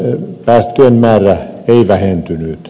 päästöjen määrä ei vähentynyt